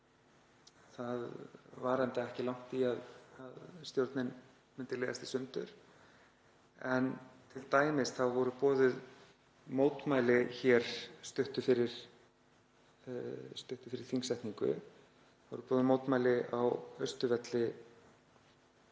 Það var enda ekki langt í að stjórnin myndi liðast í sundur og t.d. voru boðuð mótmæli hér stuttu fyrir þingsetningu, það voru boðuð mótmæli á Austurvelli